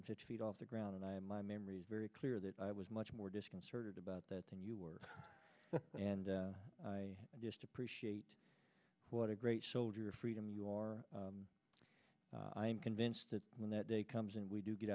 fifty feet off the ground and i my memory is very clear that i was much more disconcerted about that than you were and i just appreciate what a great soldier freedom you are i am convinced that when that day comes and we do get